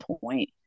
point